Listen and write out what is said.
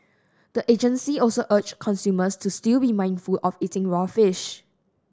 the agency also urged consumers to still be mindful of eating raw fish